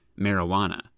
marijuana